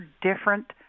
different